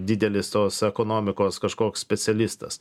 didelis tos ekonomikos kažkoks specialistas